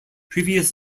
previous